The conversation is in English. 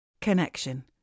connection